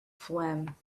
phlegm